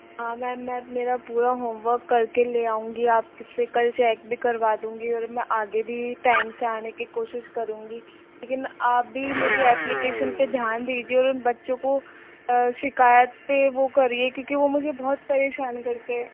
हाँ मैम मैं मेरा पूरा होमवर्क करके ले आऊँगी आपसे कल चेक भी करवा दूँगी और मैं आगे भी टाइम से आने की कोशिश करूंगी लेकिन आप भी मेरी ऐप्प्लिकेशन पे ध्यान दीजिए और उन बच्चों को शिकायत पे वो करिए क्योंकि वो मुझे बहुत परेशान करते हैं